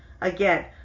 again